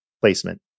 placement